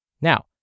Now